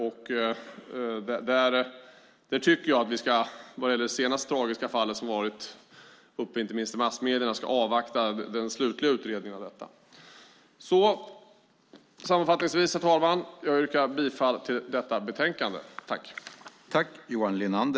Jag tycker att vi ska avvakta den slutliga utredningen av detta, inte minst med tanke på det senaste tragiska fall som varit uppe i massmedierna. Herr talman! Jag yrkar bifall till förslaget i utskottets betänkande.